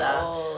oh